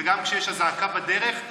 גם כשיש אזעקה בדרך.